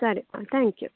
ಸರಿ ಹಾಂ thank you